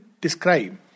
describe